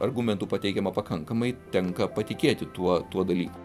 argumentų pateikiama pakankamai tenka patikėti tuo dalyku